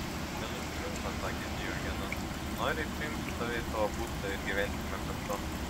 nenusimink pasakė diogenas nori priimsiu tave į savo būstą ir gyvensime kartu